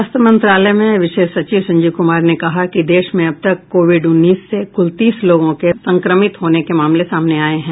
स्वास्थ्य मंत्रालय में विशेष सचिव संजीव कुमार ने कहा कि देश में अब तक कोविड उन्नीस से कुल तीस लोगों के संक्रमित होने के मामले सामने आए हैं